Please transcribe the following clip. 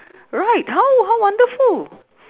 right how how wonderful